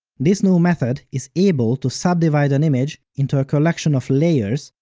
this new method is able to subdivide an image into a collection of layers,